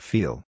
Feel